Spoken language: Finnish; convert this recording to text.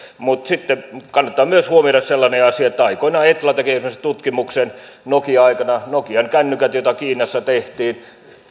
mutta sitten kannattaa myös huomioida sellainen asia että aikoinaan etla teki esimerkiksi tutkimuksen jonka mukaan nokia aikana nokian kännykät joita kiinassa tehtiin